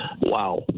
Wow